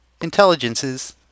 intelligences